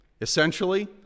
Essentially